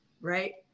right